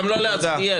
אפשר גם בכלל לא להצביע.